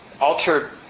altered